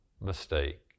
mistake